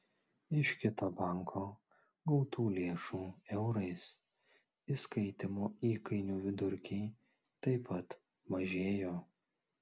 iš kito banko gautų lėšų eurais įskaitymo įkainių vidurkiai taip pat mažėjo